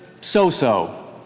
so-so